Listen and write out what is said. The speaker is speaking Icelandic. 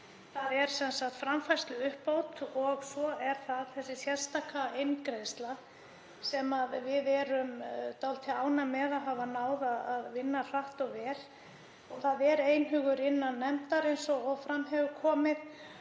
þar er framfærsluuppbót og svo er sérstök eingreiðsla sem við erum dálítið ánægð með að hafa náð að vinna hratt og vel. Það er einhugur innan nefndar eins og fram hefur komið